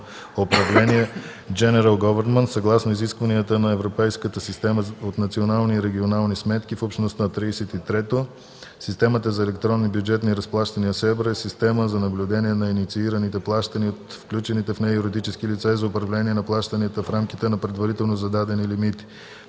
управление” (General government) съгласно изискванията на Европейската система от национални и регионални сметки в Общността. 33. „Система за електронни бюджетни рaзплащания (СЕБРА)” е система за наблюдение на инициираните плащания от включените в нея юридически лица и за управление на плащанията в рамките на предварително зададени лимити.